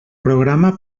programa